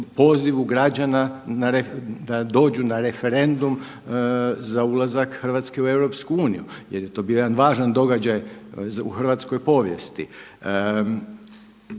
građana da dođu na referendum za ulazak Hrvatske u EU jer je to bio jedan važan događaj u hrvatskoj povijesti.